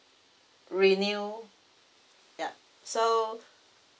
renew yup so